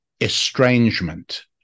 estrangement